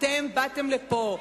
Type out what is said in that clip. אתם באתם לפה,